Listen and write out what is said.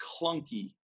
clunky